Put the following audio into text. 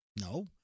No